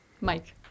Mike